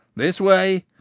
this way,